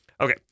Okay